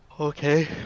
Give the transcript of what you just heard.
Okay